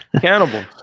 cannibal